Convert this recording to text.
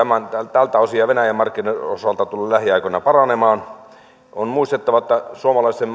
tältä osin ja venäjän markkinoiden osalta tule lähiaikoina paranemaan on muistettava että suomalaisen